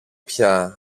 πια